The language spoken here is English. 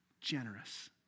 generous